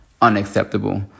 Unacceptable